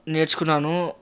నేర్చుకున్నాను